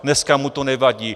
Dneska mu to nevadí.